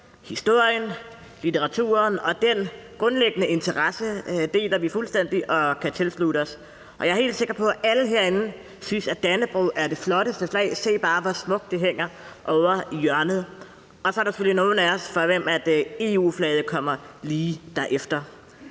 historien og litteraturen. Den grundlæggende interesse deler vi fuldstændig og kan tilslutte os, og jeg er helt sikker på, at alle herinde synes, at Dannebrog er det flotteste flag – se bare, hvor smukt det hænger ovre i hjørnet. Så er det selvfølgelig for nogle af os sådan, at EU-flaget kommer lige derefter.